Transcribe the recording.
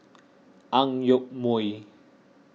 Ang Yoke Mooi